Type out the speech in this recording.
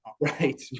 right